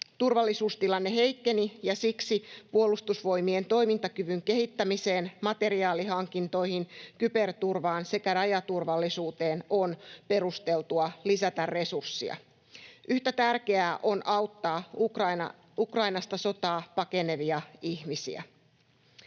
Turvallisuustilanne heikkeni, ja siksi Puolustusvoimien toimintakyvyn kehittämiseen, materiaalihankintoihin, kyberturvaan sekä rajaturvallisuuteen on perusteltua lisätä resursseja. Yhtä tärkeää on auttaa Ukrainasta sotaa pakenevia ihmisiä.